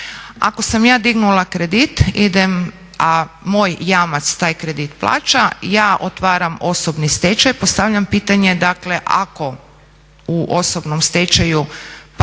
Ako sam ja dignula kredit, a moj jamac taj kredit plaća ja otvaram osobni stečaj. Postavljam pitanje, dakle ako u osobnom stečaju pa